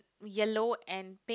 yellow and pink